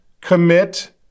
commit